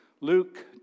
Luke